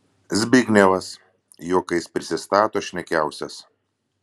zbignevas juokais prisistato šnekiausias